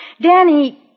Danny